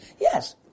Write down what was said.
Yes